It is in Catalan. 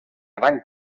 gran